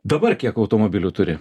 dabar kiek automobilių turi